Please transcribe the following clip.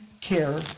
care